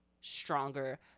stronger